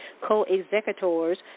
co-executors